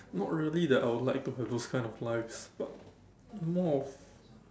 not really that I will like to have those kind of lives but more of